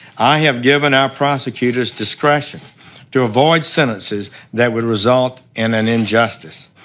i have given out prosecutors discretion to avoid sentences that would result in an injustice.